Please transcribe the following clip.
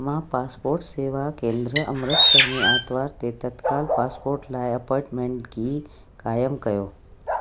मां पासपोर्ट सेवा केंद्र अमृतसर में आर्तवार ते तत्काल पासपोर्ट लाइ अपॉइंटमेन्ट की क़ाइमु कयो